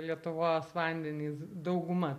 lietuvos vandenys dauguma